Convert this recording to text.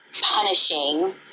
punishing